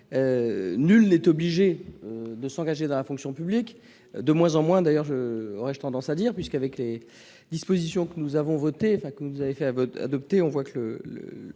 Nul n'est obligé de s'engager dans la fonction publique. De moins en moins d'ailleurs, aurais-je tendance à dire, puisque, au terme des dispositions qui ont été adoptées, il n'est